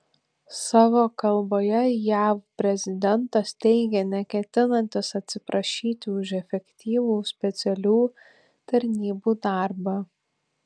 savo kalboje jav prezidentas teigė neketinantis atsiprašyti už efektyvų specialių tarnybų darbą